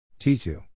T2